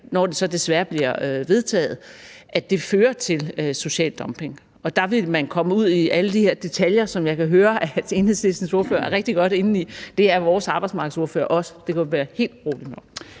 når det så desværre bliver vedtaget, fører til social dumping. Og der vil man komme ud i alle de her detaljer, som jeg kan høre at Enhedslistens ordfører er rigtig godt inde i; det er vores arbejdsmarkedsordfører også, kan jeg berolige om.